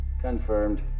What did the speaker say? Confirmed